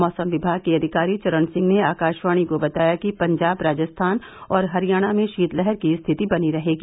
मौसम विभाग के अधिकारी चरण सिंह ने आकाशवाणी को बताया कि पंजाब राजस्थान और हरियाणा में शीतलहर की स्थिति बनी रहेगी